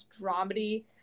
dramedy